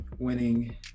winning